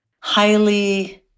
highly